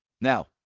Now